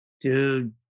Dude